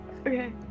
Okay